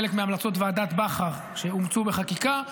חלק מהמלצות ועדת בכר שאומצו בחקיקה,